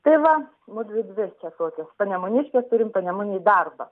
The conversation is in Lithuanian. tai va mudvi dvi čia tokios panemuniškės turim panemunėj darbą